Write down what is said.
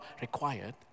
required